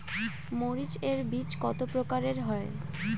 মরিচ এর বীজ কতো প্রকারের হয়?